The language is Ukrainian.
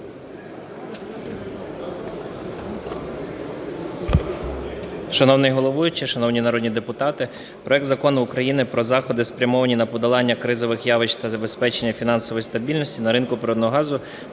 Шановний головуючий, шановні народні депутати, проект Закону України про заходи, спрямовані на подолання кризових явищ та забезпечення фінансової стабільності на ринку природного газу